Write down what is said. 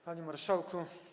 Panie Marszałku!